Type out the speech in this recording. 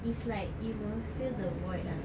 it's like it will fill the void ah